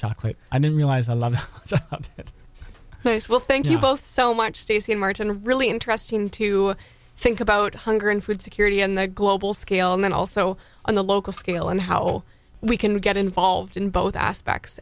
chocolate i don't realize i love it well thank you both so much stacy martin really interesting to think about hunger and food security and the global scale and then also on the local scale and how we can get involved in both aspects